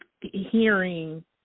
hearing